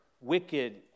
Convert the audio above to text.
wicked